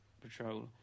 patrol